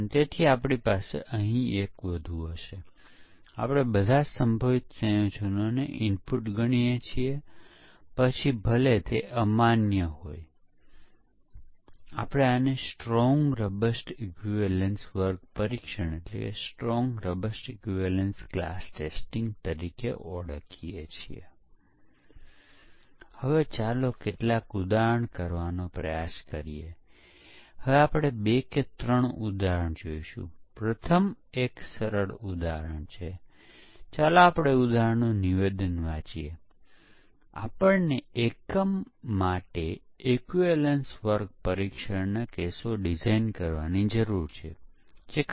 પરંતુ આપણે જો પરિસ્થિતિને સમજવાનો પ્રયત્ન કરીએ કે કંપનીઓ સોફ્ટવેરનું પરીક્ષણ કરવા માટે લગભગ અડધો સમય વિતાવે છે પરંતુ પછી જ્યારે તેઓ પરીક્ષણમાં ઉતાવળ કરવાનો પ્રયાસ કરે છે તેઓ સમય ઘટાડવાનો પ્રયાસ કરે છે અને 50 ટકા પરીક્ષણ પ્રયત્નો 10 ટકા સમયમાં જ ખર્ચવામાં આવે છે